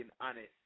honest